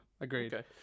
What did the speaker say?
Agreed